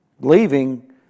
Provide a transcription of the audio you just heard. Leaving